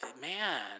man